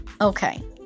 Okay